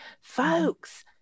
folks